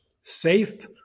safe